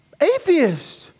atheists